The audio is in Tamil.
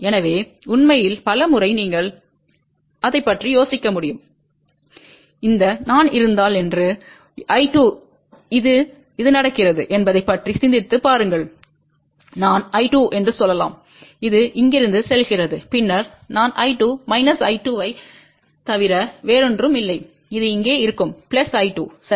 எனவே உண்மையில் பல முறை நீங்கள் அதை பற்றி யோசிக்க முடியும் இந்த நான் இருந்தால் என்று I2இது இது நடக்கிறது என்பதைப் பற்றி சிந்தித்துப் பாருங்கள் நான்I2என்று சொல்லலாம் இது இங்கிருந்து செல்கிறது பின்னர் நான்I2மைனஸ் I2ஐத் தவிர வேறொன்றுமில்லை அது இங்கே இருக்கும் I2 சரி